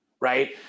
Right